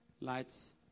Lights